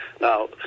Now